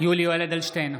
יולי יואל אדלשטיין,